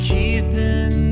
Keeping